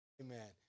Amen